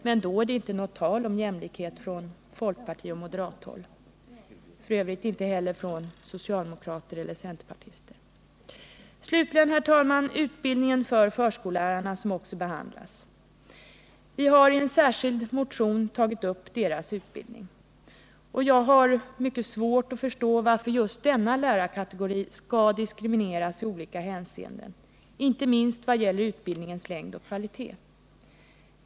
Men då är det inte något tal om jämlikhet från folkpartioch moderathåll och f. ö. inte heller från socialdemokrater eller centerpartister. Slutligen, herr talman, utbildningen för förskollärarna, som också behandlas i betänkandet. Vi har i en särskild motion tagit upp deras utbildning. Jag har mycket svårt att förstå varför just denna lärarkategori skall diskrimineras i olika hänseenden, inte minst vad gäller utbildningens längd och kvalitet.